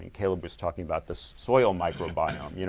and caleb was talking about the soil microbiome. you know